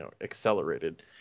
accelerated